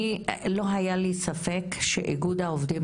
אני אישית לא היה לי ספק שאיגוד העובדים